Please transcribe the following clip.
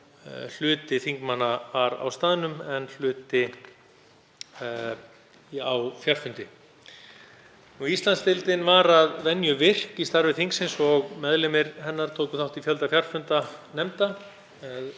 hluti þingmanna var á staðnum en hluti á fjarfundi. Íslandsdeildin var að venju virk í starfi þingsins og meðlimir hennar tóku þátt í fjölda fjarfunda nefnda.